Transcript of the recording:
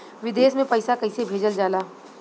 विदेश में पैसा कैसे भेजल जाला?